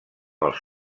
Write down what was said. els